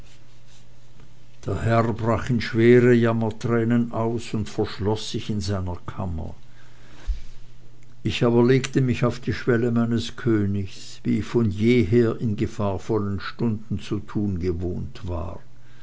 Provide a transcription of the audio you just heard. herr brach in schwere jammertränen aus und verschloß sich in seiner kammer ich aber legte mich auf die schwelle meines königs wie ich von jeher in gefahrvollen stunden zu tun gewohnt war